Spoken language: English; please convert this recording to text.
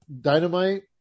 Dynamite